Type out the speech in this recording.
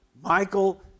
Michael